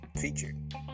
featured